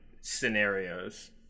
scenarios